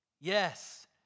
Yes